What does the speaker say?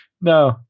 No